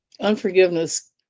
unforgiveness